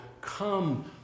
come